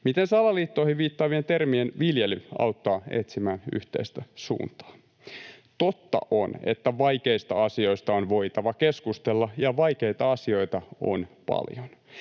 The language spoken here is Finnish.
Miten salaliittoihin viittaavien termien viljely auttaa etsimään yhteistä suuntaa? Totta on, että vaikeista asioista on voitava keskustella, ja vaikeita asioita on paljon.